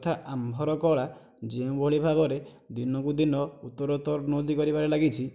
ତଥା ଆମ୍ଭର କଳା ଯେଉଁଭଳି ଭାବରେ ଦିନକୁ ଦିନ ଉପରତ୍ୱର ଦିଗ କରିବାର ଲାଗିଛି